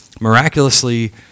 miraculously